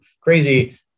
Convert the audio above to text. crazy